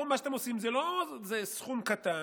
פה מה שאתם עושים זה סכום קטן,